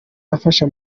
afasha